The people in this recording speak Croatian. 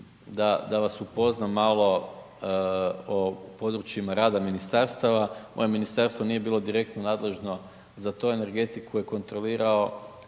da vas upoznam malo o područjima rada ministarstava, moje ministarstvo nije bilo direktno nadležno za to, energetiku je kontrolirao